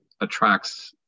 attracts